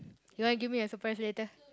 you wanna give me a surprise later